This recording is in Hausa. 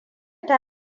ta